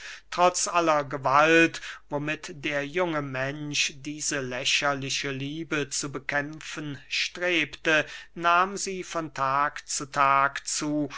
trotz aller gewalt womit der junge mensch diese lächerliche liebe zu bekämpfen strebte nahm sie von tag zu tag zu